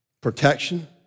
Protection